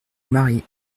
mari